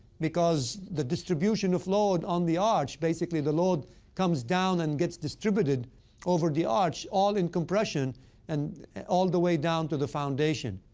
because the distribution of load on the arch, basically the load comes down and gets distributed over the arch all in compression and all the way down to the foundation.